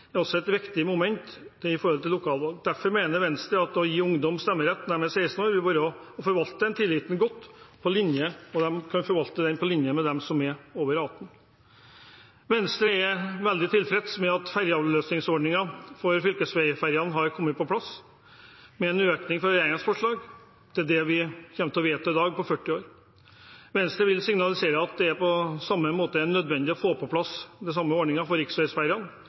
og ansvar også er et viktig moment i forbindelse med lokalvalg. Derfor mener Venstre at å gi ungdom stemmerett når de er 16 år, vil være å forvalte den tilliten godt, og de kan selv forvalte den på lik linje med dem som er over 18 år. Venstre er veldig tilfreds med at ferjeavløsningsordningen for fylkesveiferjene har kommet på plass, med en økning fra regjeringens forslag til det vi kommer til å vedta i dag, på 40 år. Venstre vil signalisere at det, på samme måte, er nødvendig å få på plass den samme ordningen for riksveiferjene. Det